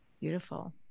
Beautiful